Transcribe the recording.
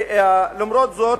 למרות זאת,